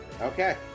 Okay